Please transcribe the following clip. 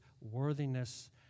worthiness